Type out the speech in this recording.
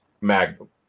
Magnum